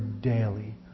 daily